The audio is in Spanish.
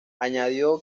añadió